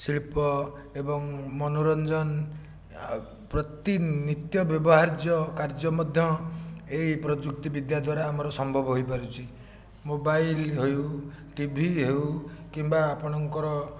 ଶିଳ୍ପ ଏବଂ ମନୋରଞ୍ଜନ ଆଉ ପ୍ରତି ନିତ୍ୟ ବ୍ୟବହାର୍ଯ୍ୟ କାର୍ଯ୍ୟ ମଧ୍ୟ ଏହି ପ୍ରଯୁକ୍ତିବିଦ୍ୟା ଦ୍ୱାରା ଆମର ସମ୍ଭବ ହୋଇପାରୁଛି ମୋବାଇଲ ହେଉ ଟିଭି ହେଉ କିମ୍ବା ଆପଣଙ୍କର